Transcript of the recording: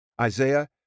Isaiah